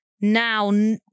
now